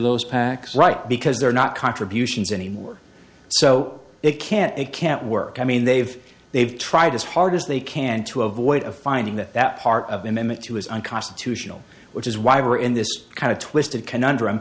those pacs right because they're not contributions anymore so it can't it can't work i mean they've they've tried as hard as they can to avoid a finding that that part of the amendment to is unconstitutional which is why we're in this kind of twisted conundrum